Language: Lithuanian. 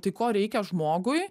tai ko reikia žmogui